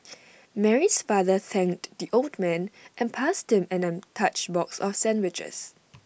Mary's father thanked the old man and passed him an untouched box of sandwiches